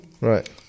Right